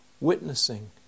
witnessing